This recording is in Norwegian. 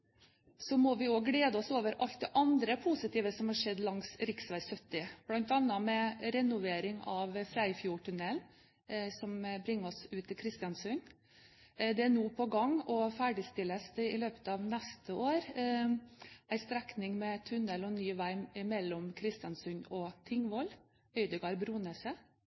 må vi også glede oss over alt det andre positive som har skjedd langs rv. 70, bl.a. med renovering av Freifjordtunnelen, som bringer oss ut til Kristiansund. Det er nå på gang – og ferdigstilles i løpet av neste år – en strekning med tunnel og ny vei mellom Kristiansund og